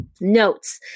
notes